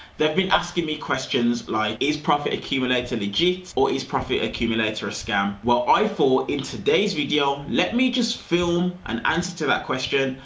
they've been asking me questions like is profit accumulated legit or is profit accumulator escape? well, i fought in today's video. let me just film an answer to that question.